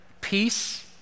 peace